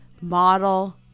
model